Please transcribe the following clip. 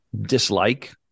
dislike